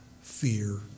fear